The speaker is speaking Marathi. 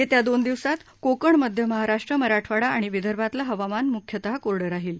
येत्या दोन दिवसात कोकण मध्य महाराष्ट्र मराठवाडा आणि विदर्भातलं हवामान मुख्यतः कोरडं राहील